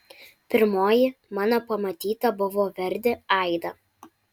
pirmoji mano pamatyta buvo verdi aida